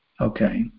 okay